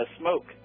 smoke